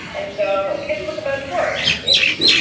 and so ah kids book about divorce. it's,